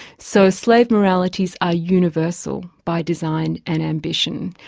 so slave moralities are universal by design and ambition.